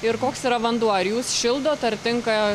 ir koks yra vanduo ar jūs šildot ar tinka